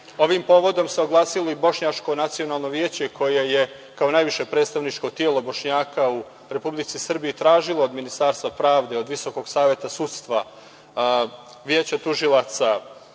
povodom se oglasilo i Bošnjačko nacionalno veće koje je kao najviše predstavničko telo Bošnjaka u Republici Srbiji tražilo od Ministarstva pravde, Visokog saveta sudstva, Veća tužilaca